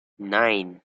nine